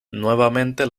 nuevamente